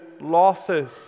losses